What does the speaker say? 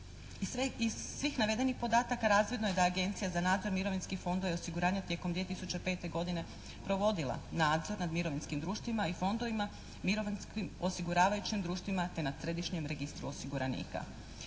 Iz svih navedenih podataka razvidno je da je Agencija za nadzor mirovinskih fondova i osiguranja tijekom 2005. godine provodila nadzor nad mirovinskim društvima i fondovima, mirovinskim osiguravajućim društvima te nad središnjim registru osiguranika.